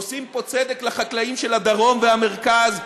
עושים פה צדק לחקלאים של הדרום והמרכז,